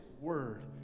word